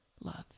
love